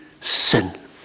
sin